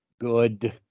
good